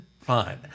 Fine